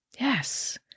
Yes